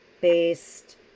based